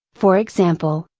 for example,